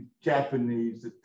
Japanese